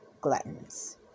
gluttons